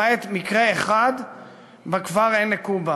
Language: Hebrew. למעט מקרה אחד בכפר עין-נקובא,